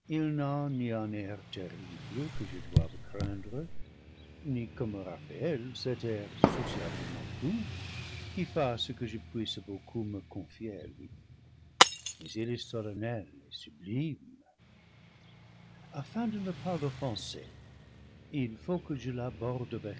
que je doive craindre ni comme raphaël cet air sociablement doux qui fasse que je puisse beaucoup me confier à lui mais il est solennel et sublime afin de ne pas l'offenser il faut que je l'aborde avec